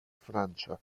francia